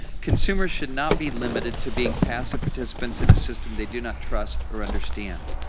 consumers should not be limited to being passive participants in a system they do not trust or understand.